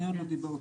אני עוד לא דיברתי.